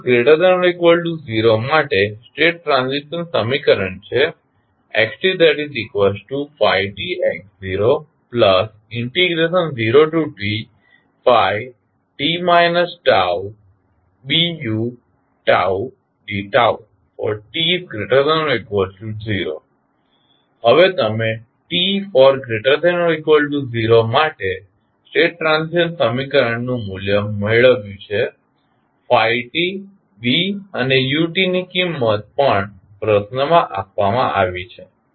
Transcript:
હવે t≥0 માટે state transition સમીકરણ છે xtφtx00tt τBudτt≥0 હવે તમે t≥0 માટે સ્ટેટ ટ્રાન્ઝિશન સમીકરણનું મૂલ્ય મેળવ્યું છે t B અને u ની કિંમત પણ પ્રશ્નમાં આપવામાં આવી છે